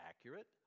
accurate